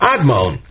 Admon